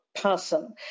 person